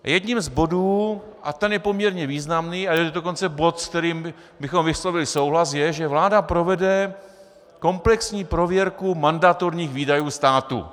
Jedním z bodů, a ten je poměrně významný, a dokonce bod, s kterým bychom vyslovili souhlas, je, že vláda provede komplexní prověrku mandatorních výdajů státu.